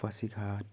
Pasighat